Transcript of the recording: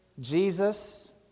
Jesus